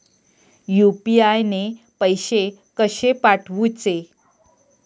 UPI ने पैशे कशे पाठवूचे?